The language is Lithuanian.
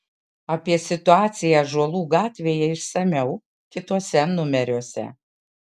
apie situaciją ąžuolų gatvėje išsamiau kituose numeriuose